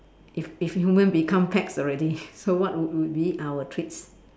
if if human become pets already so what would would be our treats